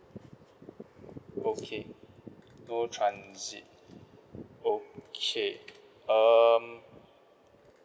okay no transit okay um